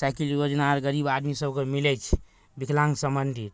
cycle योजना आर गरीब आदमीसभकेँ मिलै छै विकलाङ्ग सम्बन्धी